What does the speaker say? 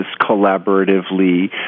collaboratively